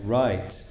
right